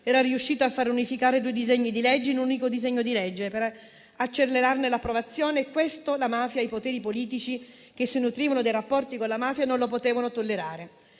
era riuscito a far unificare due disegni di leggi in un unico testo per accelerarne l'approvazione. La mafia e i poteri politici che si nutrivano dei rapporti con la mafia non lo potevano tollerare.